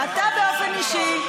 אתה באופן אישי.